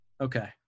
okay